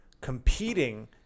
competing